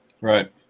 right